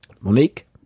Monique